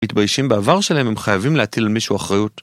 מתביישים בעבר שלהם הם חייבים להטיל על מישהו אחריות